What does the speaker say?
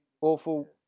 awful